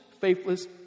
faithless